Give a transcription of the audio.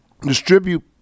distribute